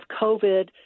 COVID